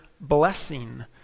blessing